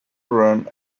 run